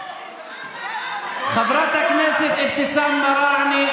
חברת הכנסת אבתיסאם מראענה,